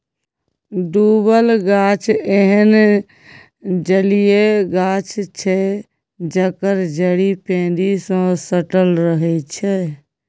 डुबल गाछ एहन जलीय गाछ छै जकर जड़ि पैंदी सँ सटल रहै छै